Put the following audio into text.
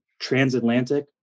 Transatlantic